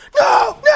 No